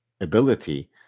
ability